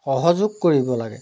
সহযোগ কৰিব লাগে